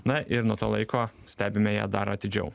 na ir nuo to laiko stebime ją dar atidžiau